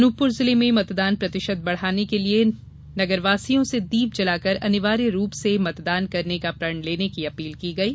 अनूपप्र जिले में मतदान प्रतिशत बढ़ाने के लिये नगरवासियों से दीप जलाकर अनिवार्य रूप से मतदान करने का प्रण लेने की अपील की गई है